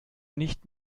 nicht